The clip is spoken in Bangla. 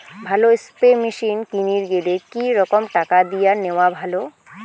ভালো স্প্রে মেশিন কিনির গেলে কি রকম টাকা দিয়া নেওয়া ভালো?